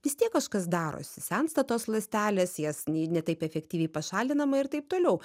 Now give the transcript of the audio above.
vis tiek kažkas darosi sensta tos ląstelės jas ne taip efektyviai pašalinama ir taip toliau